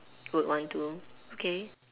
would want to okay